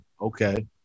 Okay